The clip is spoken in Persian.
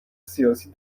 سیاسی